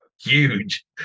huge